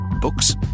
books